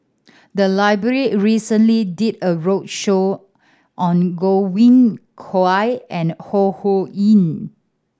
the library recently did a roadshow on Godwin Koay and Ho Ho Ying